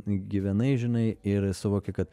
gyvenai žinai ir suvoki kad